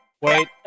wait